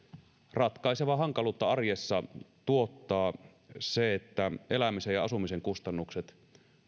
ratkaisevaa hankaluutta arjessa tuottaa se että elämisen ja asumisen kustannukset